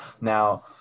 now